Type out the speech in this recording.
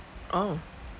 oh